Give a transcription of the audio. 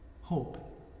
hope